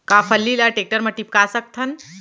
का फल्ली ल टेकटर म टिपका सकथन?